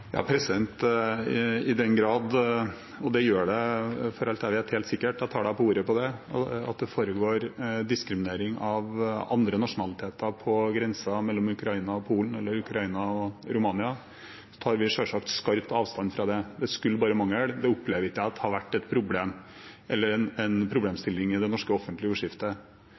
I den grad – og det gjør det, for alt jeg vet, helt sikkert, jeg tar representanten på ordet – det foregår diskriminering av andre nasjonaliteter på grensen mellom Ukraina og Polen eller Ukraina og Romania, tar vi selvsagt skarpt avstand fra det. Det skulle bare mangle. Jeg opplever ikke at det har vært en problemstilling i det norske offentlige ordskiftet.